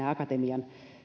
akatemian